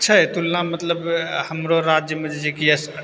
छै तुलना मतलब हमरो राज्यमे जे छै की